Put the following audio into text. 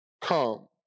come